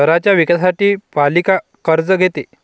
शहराच्या विकासासाठी पालिका कर्ज घेते